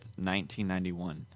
1991